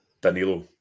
Danilo